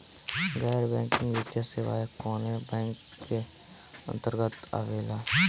गैर बैंकिंग वित्तीय सेवाएं कोने बैंक के अन्तरगत आवेअला?